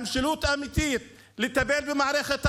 המשילות האמיתית היא לטפל במערכת החינוך,